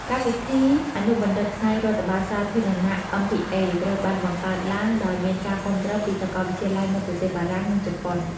កម្មវិធីអនុបណ្ឌិតផ្នែករដ្ឋបាលសាធារណៈMPA ត្រូវបានបង្កើតឡើងដោយមានការគាំទ្រពីសកលវិទ្យាល័យនៅប្រទេសបារាំង និងជប៉ុន។